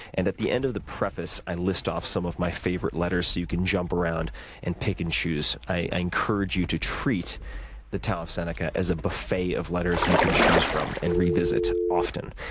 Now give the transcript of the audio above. and, at the end of the preface i list off some of my favorite letters, so you can jump around and pick and choose. i encourage you to treat the tao of seneca as a buffet of letters you can choose from and revisit often.